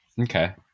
Okay